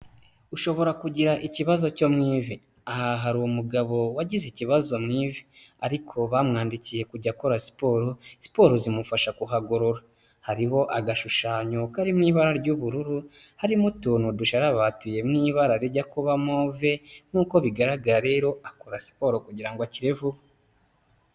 Ushobora kugira ikibazo cyo mu ivi. Aha hari umugabo wagize ikibazo mu ivi. Ariko bamwandikiye kujya akora siporo, siporo zimufasha kuhagorora. Hariho agashushanyo kari mu ibara ry'ubururu, harimo utuntu dusharabatuye mu ibara rijya kuba move, nk'uko bigaragara rero, akora siporo kugira ngo akire vuba.